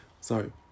Sorry